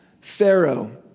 Pharaoh